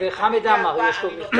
וחמד עמאר גם.